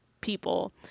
people